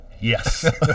Yes